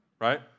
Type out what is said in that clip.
right